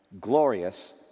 glorious